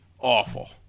awful